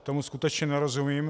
Tomu skutečně nerozumím.